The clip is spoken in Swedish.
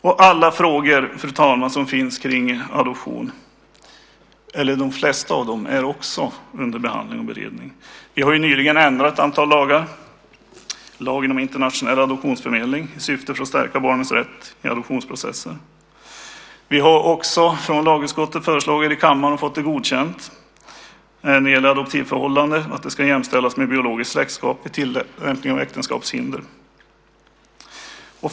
De flesta frågor om adoption är också under beredning. Vi har nyligen ändrat i lagen om internationell adoptionsförmedling i syfte att stärka barnens rätt i adoptionsprocesser. Vi har från lagutskottet föreslagit - och också fått godkänt av kammaren - att ett adoptivförhållande ska jämställas med biologiskt släktskap vid tillämpning av äktenskapshinder.